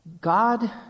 God